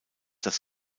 das